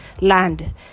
land